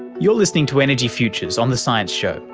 you're listening to energy futures on the science show,